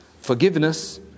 forgiveness